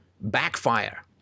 Backfire